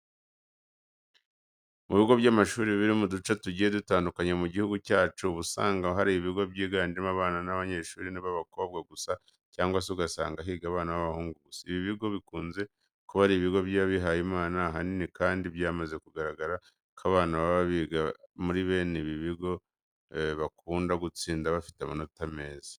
Mu bigo by'amashuri biri mu duce tugiye dutandukanye mu gihugu cyacu, uba usanga hari ibigo byigamo abana b'abanyeshuri b'abakobwa gusa cyangwa se ugasanga higa abana b'abahungu gusa. Ibi bigo bikunze kuba ari ibigo by'abihayimana. Ahanini kandi byamaze kugaragara ko abana baba biga muri bene bino bigo bakunda gutsinda bafite amanota meza.